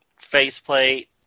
faceplate